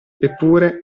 eppure